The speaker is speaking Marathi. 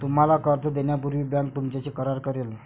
तुम्हाला कर्ज देण्यापूर्वी बँक तुमच्याशी करार करेल